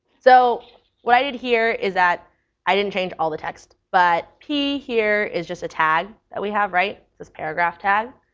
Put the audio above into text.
so what i did here is that i didn't change all the text. but p here is just a tag that we have, right? this paragraph tag.